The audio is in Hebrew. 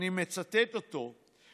אני מצטט אותו,